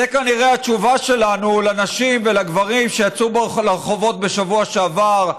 זו כנראה התשובה שלנו לנשים ולגברים שיצאו לרחובות בשבוע שעבר,